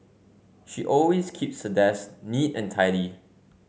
she always keeps her desk neat and tidy